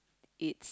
it's